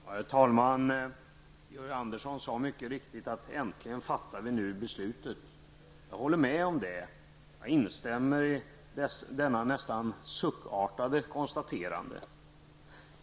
Herr talman! Georg Andersson sade mycket riktigt att äntligen fattar vi nu beslutet. Jag håller med om det och instämmer i detta nästan suckartade konstaterande.